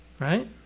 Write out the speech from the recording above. Right